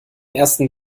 ersten